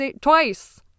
twice